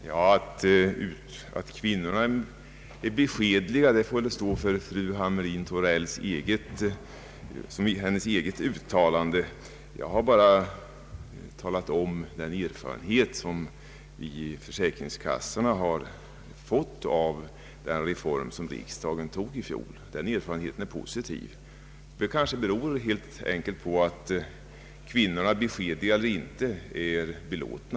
Herr talman! Påståendet att kvinnorna är beskedliga får väl stå för fru Hamrin-Thorells egen räkning. Jag har bara talat om den erfarenhet som vi i försäkringskassorna har fått av den reform som riksdagen beslöt i fjol. Den erfarenheten är positiv. Det kanske helt enkelt beror på att kvinnorna — beskedliga eller inte — är belåtna.